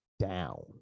down